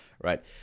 right